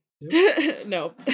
No